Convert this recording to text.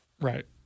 Right